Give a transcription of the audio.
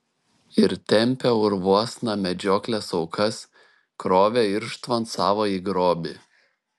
ir tempė urvuosna medžioklės aukas krovė irštvon savąjį grobį